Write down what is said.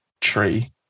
tree